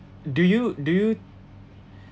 do you do you